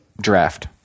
draft